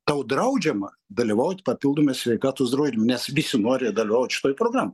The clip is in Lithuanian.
tau draudžiama dalyvaut papildome sveikatos draudime nes visi nori dalyvaut šitoj programoj